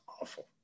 awful